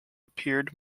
appeared